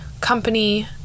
company